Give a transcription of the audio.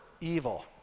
evil